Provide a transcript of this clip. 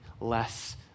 less